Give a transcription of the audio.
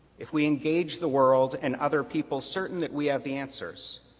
if we engage the world and other people certain that we have the answers,